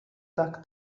tak